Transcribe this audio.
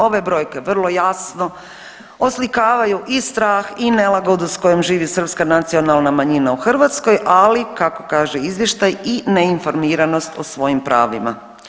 Ove brojke vrlo jasno oslikavaju i strah i nelagodu s kojom živi srpska nacionalna manjina u Hrvatskoj, ali kako kaže izvještaj i neinformiranost o svojim pravima.